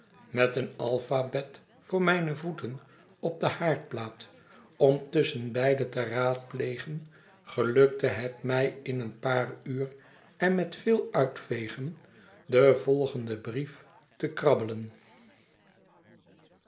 met een alphabet voor mijne voeten op de haardplaat om tusschenbeide te raadplegen gelukte het mij in een paar uren en met veel uitvegen den volgenden brief te krabbelen